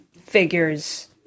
figures